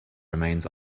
remains